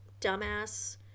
dumbass